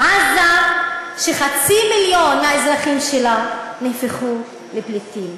עזה, שחצי מיליון האזרחים שלה הפכו לפליטים.